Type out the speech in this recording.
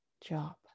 job